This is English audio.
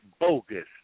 bogus